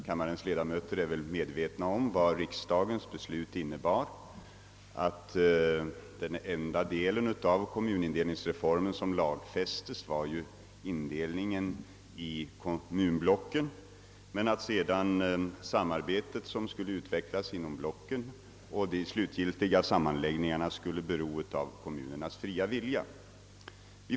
Kammarens ledamöter är väl medvetna om att riksdagens beslut innebar, att den enda del av kommunindelningsreformen som lagfästes var indelningen i kommunblock, medan det samarbete, som sedan skulle utvecklas inom blocken, och de slutgiltiga sammanläggningarna skulle bero av kommunernas fria vilja.